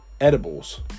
edibles